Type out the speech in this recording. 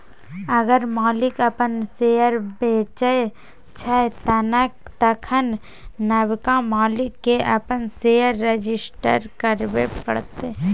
अगर मालिक अपन शेयर बेचै छै तखन नबका मालिक केँ अपन शेयर रजिस्टर करबे परतै